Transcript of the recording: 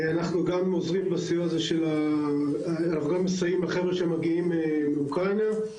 אנחנו גם מסייעים לחבר'ה שמגיעים מאוקראינה.